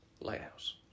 Lighthouse